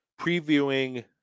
previewing